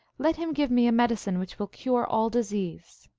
let him give me a medicine which will cure all dis ease.